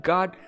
God